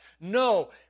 No